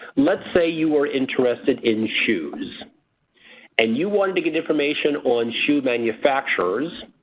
let's say you were interested in shoes and you wanted to get information on shoe manufacturers,